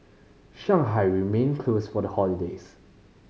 Shanghai remained closed for the holidays